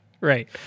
right